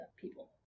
people